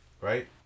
right